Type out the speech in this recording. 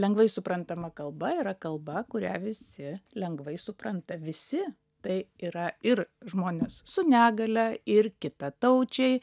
lengvai suprantama kalba yra kalba kurią visi lengvai supranta visi tai yra ir žmonės su negalia ir kitataučiai